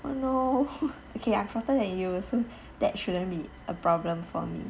oh no okay I'm shorter than you so that shouldn't be a problem for me